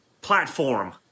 platform